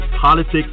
politics